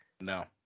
No